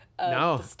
No